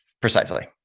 Precisely